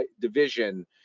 division